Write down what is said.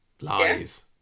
Lies